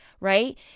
right